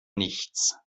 nichts